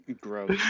Gross